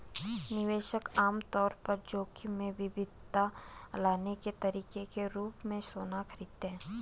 निवेशक आम तौर पर जोखिम में विविधता लाने के तरीके के रूप में सोना खरीदते हैं